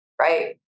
Right